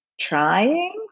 trying